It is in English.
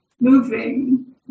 moving